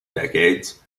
decades